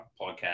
podcast